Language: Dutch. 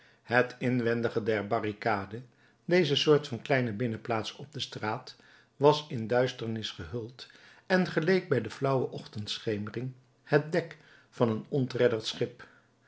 het inwendige der barricade deze soort van kleine binnenplaats op de straat was in duisternis gehuld en geleek bij de flauwe ochtendschemering het dek van een ontredderd schip